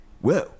Whoa